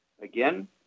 Again